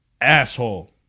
asshole